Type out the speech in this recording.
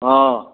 অ